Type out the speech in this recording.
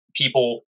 people